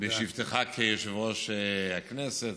בשבתך כסגן יושב-ראש הכנסת.